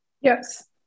Yes